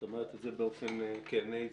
אומרת את זה באופן כן.